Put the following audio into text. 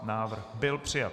Návrh byl přijat.